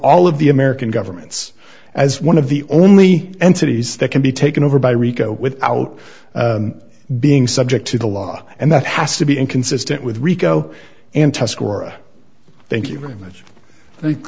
all of the american governments as one of the only entities that can be taken over by rico without being subject to the law and that has to be inconsistent with rico and tuscarora thank you very much